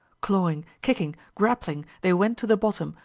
clawing, kicking, grappling, they went to the bottom,